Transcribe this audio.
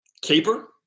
Caper